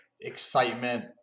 excitement